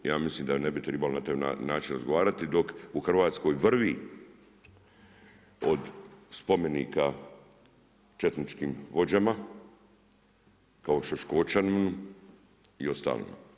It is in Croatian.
I ja mislim da ne bi tribalo na taj način razgovarati, dok u Hrvatskoj vrvi od spomenika četničkim vođama kao Šoškočaninu i ostalima.